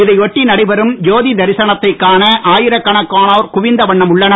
இதையொட்டி நடைபெறும் ஜோதி தரிசனத்தை காண ஆயிரகணக்கானோர் குவிந்த வண்ணம் உள்ளனர்